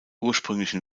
ursprünglichen